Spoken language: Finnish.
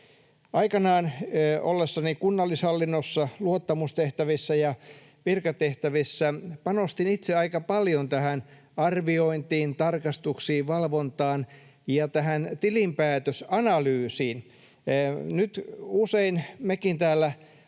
Aikanaan ollessani kunnallishallinnossa luottamustehtävissä ja virkatehtävissä panostin itse aika paljon tähän arviointiin, tarkastuksiin, valvontaan ja tähän tilinpäätösanalyysiin. Nyt usein mekin täällä